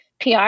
PR